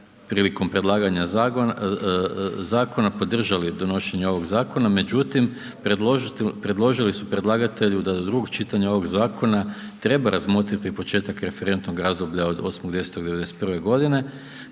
prilikom predlaganja zakona, podržali donošenje ovog zakona, međutim predložili su predlagatelju da do drugog čitanja ovog zakona treba razmotriti početak referentnog razdoblja od 8. 10. 1991. g.